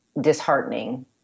disheartening